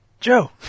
Joe